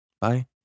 Bye